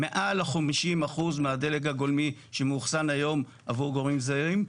מעל 50% מהדלק הגולמי שמאוחסן היום עבור גורמים זרים,